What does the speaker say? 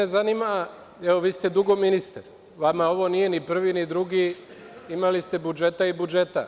Vi ste dugo ministar, vama ovo nije ni prvi ni drugi, imali ste budžeta i budžeta.